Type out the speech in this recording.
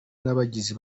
n’abagizi